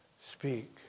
speak